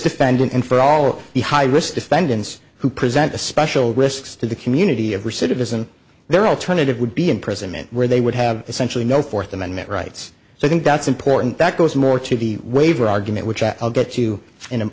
defendant and for all the high risk defendants who present a special risks to the community of recidivism their alternative would be imprisonment where they would have essentially no fourth amendment rights so i think that's important that goes more to the waiver argument which i'll get to